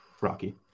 Rocky